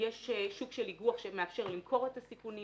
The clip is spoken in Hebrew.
יש שוק של איגו"ח שמאפשר למכור את הסיכונים.